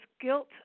guilt